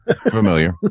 Familiar